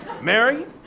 Mary